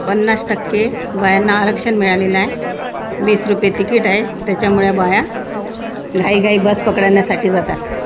पन्नास टक्के बायांना आरक्षण मिळालेलं आहे वीस रुपये तिकीट आहे त्याच्यामुळे बाया घाईघाई बस पकडण्यासाठी जातात